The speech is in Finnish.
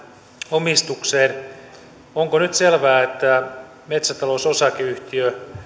omistukseen onko nyt selvää että metsätalous osakeyhtiö